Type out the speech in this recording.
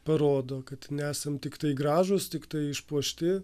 parodo kad nesam tiktai gražūs tiktai išpuošti